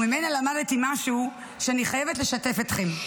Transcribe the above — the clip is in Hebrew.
וממנה למדתי משהו שאני חייבת לשתף איתכם.